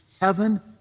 Heaven